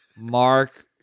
Mark